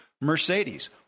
Mercedes